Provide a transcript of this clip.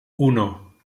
uno